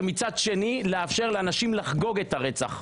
ומצד שני לאפשר לאנשים לחגוג את הרצח,